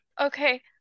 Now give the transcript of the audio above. Okay